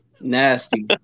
Nasty